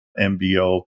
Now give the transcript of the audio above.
MBO